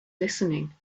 listening